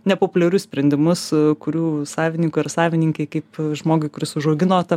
nepopuliarius sprendimus kurių savininko ir savininkai kaip žmogui kuris užaugino tą